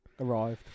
arrived